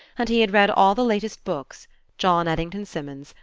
and he had read all the latest books john addington symonds,